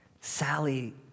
Sally